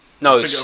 No